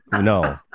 no